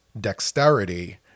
dexterity